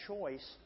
choice